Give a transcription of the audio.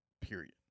period